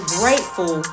grateful